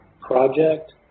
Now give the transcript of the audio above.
Project